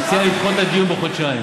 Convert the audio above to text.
הציעה לדחות את הדיון בחודשיים.